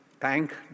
thank